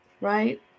Right